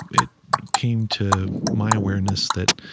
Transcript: it came to my awareness that